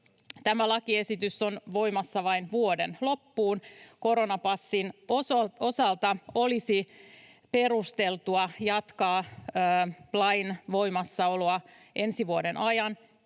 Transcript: Tämä lakiesitys on voimassa vain vuoden loppuun. Koronapassin osalta olisi perusteltua jatkaa lain voimassaoloa ensi vuoden ajan,